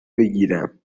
بگیرم